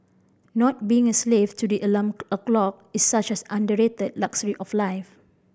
not being a slave to the alarm o'clock is such as underrated luxury of life